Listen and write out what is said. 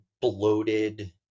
bloated